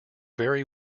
very